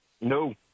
No